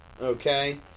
okay